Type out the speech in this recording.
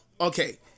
Okay